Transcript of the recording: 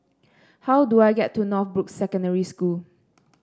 how do I get to Northbrooks Secondary School